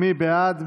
מי בעד?